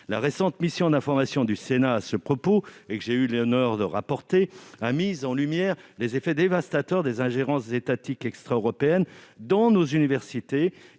La récente mission d'information sur ce sujet, dont j'ai eu l'honneur d'être le rapporteur, a mis en lumière les effets dévastateurs des ingérences étatiques extraeuropéennes dans nos universités